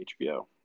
HBO